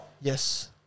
Yes